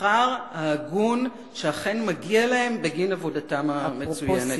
השכר ההגון שאכן מגיע להם בגין עבודתם המצוינת.